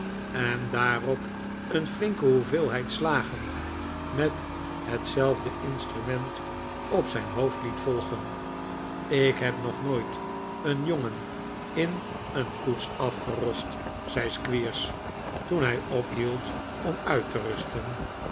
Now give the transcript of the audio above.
en daarop een flinke hoeveelheid slagen met hetzelfde instrument op zijn hoofd liet volgen ik heb nog nooit een jongen in een koets afgerost zei squeers toen hij ophield om uit te rusten